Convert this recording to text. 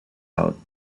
out